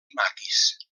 maquis